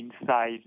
inside